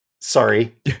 Sorry